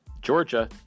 Georgia